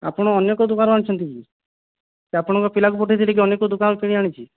ଆପଣ ଅନ୍ୟ କେଉଁ ଦୋକାନ ରୁ ଆଣିଛନ୍ତି କି ସେ ଆପଣଙ୍କ ପିଲାକୁ ପଠାଇ ଦେଇକି ଅନ୍ୟ କେଉଁ ଦୋକାନ ରୁ କିଣି ଆଣିଛି